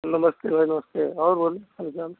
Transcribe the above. नमस्ते भाई नमस्ते और बोलें पहचा